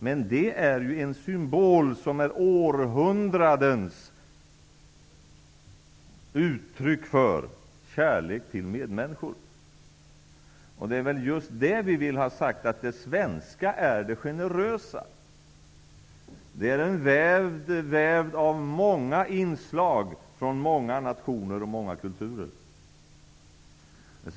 Men den är en symbol som är uttryck för århundradens kärlek till medmänniskor. Det vi vill ha sagt är att det svenska är det generösa. Det är en väv som är vävd med många inslag från många nationer och många kulturer.